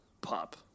pop